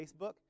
Facebook